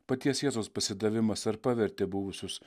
paties jėzaus pasidavimas ar pavertė buvusius